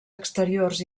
exteriors